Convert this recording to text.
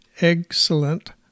excellent